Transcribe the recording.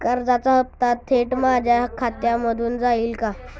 कर्जाचा हप्ता थेट माझ्या खात्यामधून जाईल का?